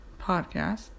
podcast